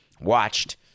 watched